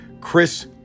Chris